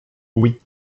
oui